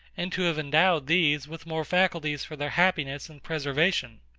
and to have endowed these with more faculties for their happiness and preservation.